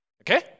okay